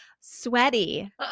sweaty